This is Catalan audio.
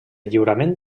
lliurament